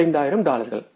25000 டாலர்கள்